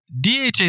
DHA